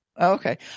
Okay